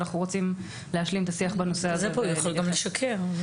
הוא יכול גם לשקר.